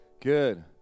Good